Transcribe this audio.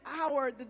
hour